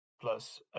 plus